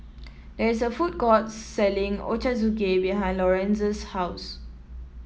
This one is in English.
there is a food court selling Ochazuke behind Lorenza's house